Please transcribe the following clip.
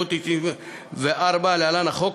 להלן: החוק,